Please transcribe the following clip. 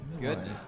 goodness